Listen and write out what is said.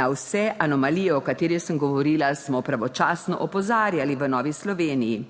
Na vse anomalije, o katerih sem govorila, smo pravočasno opozarjali v Novi Sloveniji.